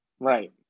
Right